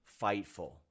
FIGHTFUL